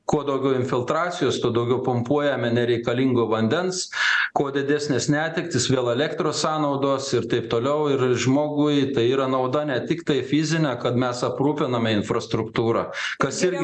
kuo daugiau infiltracijos tuo daugiau pumpuojame nereikalingo vandens kuo didesnės netektys vėl elektros sąnaudos ir taip toliau ir žmogui tai yra nauda ne tiktai fizinė kad mes aprūpiname infrastruktūrą kas irgi